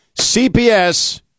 CPS